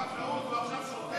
שר החקלאות, והוא עכשיו שותק,